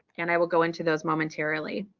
and i will go into those momentarily.